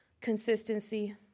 consistency